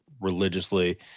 religiously